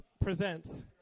Presents